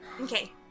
okay